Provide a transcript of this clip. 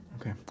Okay